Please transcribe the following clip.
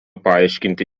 paaiškinti